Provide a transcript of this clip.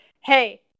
hey